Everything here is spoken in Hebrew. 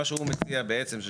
מה שהוא מציע בעצם,